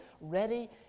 ready